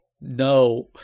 No